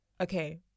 Okay